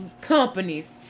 companies